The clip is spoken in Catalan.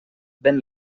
ven